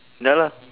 ya lah